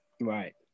Right